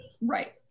Right